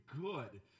good